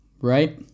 Right